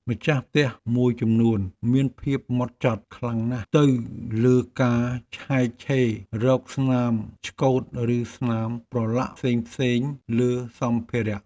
ម្ចាស់ផ្ទះមួយចំនួនមានភាពហ្មត់ចត់ខ្លាំងណាស់ទៅលើការឆែកឆេររកស្នាមឆ្កូតឬស្នាមប្រឡាក់ផ្សេងៗលើសម្ភារៈ។